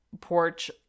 porch